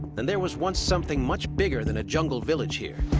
then there was once something much bigger than a jungle village here.